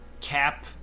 cap